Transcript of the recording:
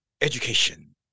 education